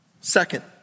Second